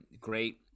Great